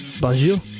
Bonjour